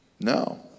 No